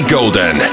Golden